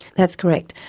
that's correct.